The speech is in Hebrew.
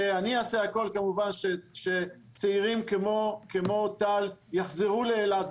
אני אעשה הכול כמובן כדי שצעירים כמו טל יחזרו לאילת,